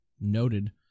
noted